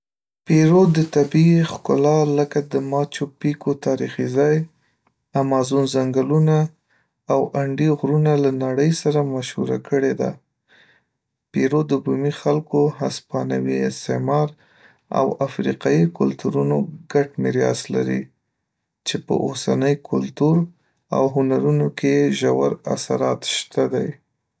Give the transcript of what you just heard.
پیرو د طبیعي ښکلا لکه د ماچو پیکو تاریخي ځای، امازون ځنګلونه او انډې غرونه له نړۍ سره مشهوره کړې ده. پېرو د بومي خلکو، هسپانوي استعمار، او افریقایي کلتورونو ګډه میراث لري، چې په اوسني کلتور او هنرونو کې یې ژور اثرات شته دی.